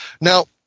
Now